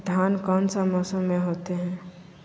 धान कौन सा मौसम में होते है?